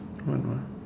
one what